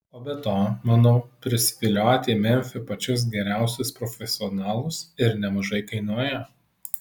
o be to manau prisivilioti į memfį pačius geriausius profesionalus ir nemažai kainuoja